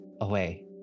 away